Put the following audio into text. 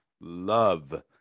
love